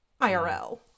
IRL